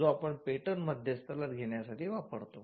जो आपण पेटंट मध्यस्थला घेण्यासाठी वापरतो